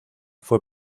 fue